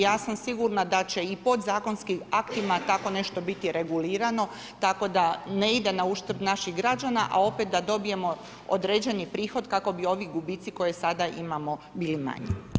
Ja sam sigurna da će i podzakonskim aktima tako nešto biti regulirano tako da ne ide nauštrb naših građana a opet da dobijemo određeni prohod kako bi ovi gubici koje sada imamo bili manji.